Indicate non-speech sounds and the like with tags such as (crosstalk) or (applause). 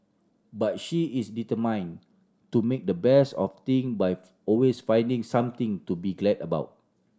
but she is determined to make the best of thing by (unintelligible) always finding something to be glad about